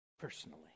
personally